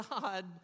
God